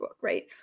right